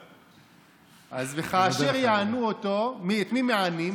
"אז כאשר יענו אותו" את מי מענים?